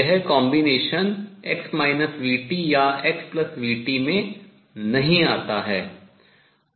यह combination संयोजन x vt या xvt में नहीं आता है